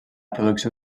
producció